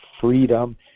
freedom